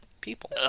people